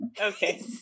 Okay